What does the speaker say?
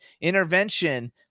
Intervention